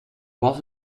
was